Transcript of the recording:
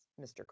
Mr